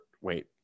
wait